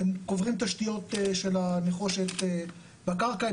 הם קוברים תשתיות של הנחושת בקרקע,